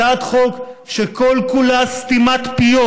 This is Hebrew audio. הצעת חוק שכל-כולה סתימת פיות,